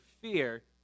fear